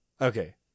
Okay